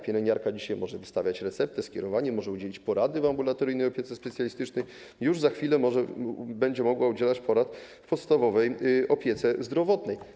Pielęgniarka dzisiaj może wystawiać receptę, skierowanie, może udzielić porady w ambulatoryjnej opiece specjalistycznej, już za chwilę będzie mogła udzielać porad w podstawowej opiece zdrowotnej.